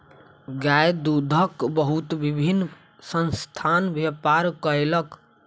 गाय दूधक बहुत विभिन्न संस्थान व्यापार कयलक